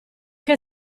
che